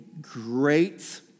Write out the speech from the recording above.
great